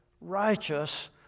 righteous